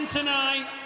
tonight